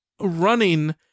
running